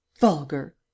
Vulgar